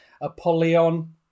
apollyon